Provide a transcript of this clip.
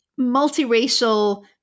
multiracial